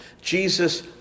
Jesus